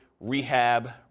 rehab